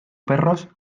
perros